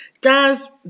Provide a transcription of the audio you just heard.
Guys